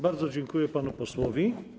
Bardzo dziękuję panu posłowi.